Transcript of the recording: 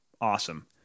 Awesome